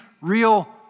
real